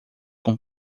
com